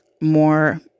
more